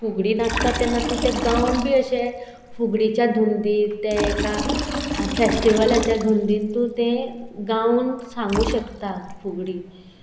फुगडी नासता तेन्ना तूं तें गावन बी अशें फुगडीच्या धुंदीन तें एका फेस्टिवलाच्या धंदोंदीन तूं तें गावन सांगूं शकता फुगडी